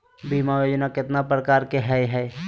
बीमा योजना केतना प्रकार के हई हई?